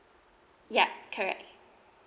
ya correct